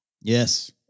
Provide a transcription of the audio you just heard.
Yes